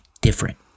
Different